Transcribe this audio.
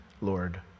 Lord